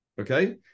Okay